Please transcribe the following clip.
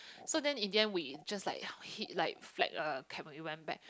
so then in the end we just like like flagged a cab we went back